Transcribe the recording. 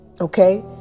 okay